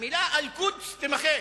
המלה "אלקודס" תימחק.